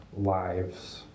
lives